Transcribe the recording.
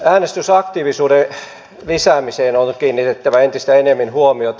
äänestysaktiivisuuden lisäämiseen on kiinnitettävä entistä enemmän huomiota